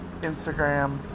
Instagram